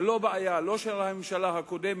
זו לא בעיה לא של הממשלה הקודמת,